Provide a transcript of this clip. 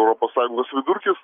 europos sąjungos vidurkis